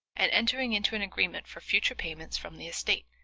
and entering into an agreement for future payments from the estate,